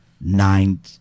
Nine